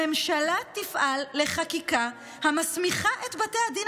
הממשלה תפעל לחקיקה המסמיכה את בתי הדין